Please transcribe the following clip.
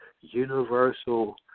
universal